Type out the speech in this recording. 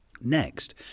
Next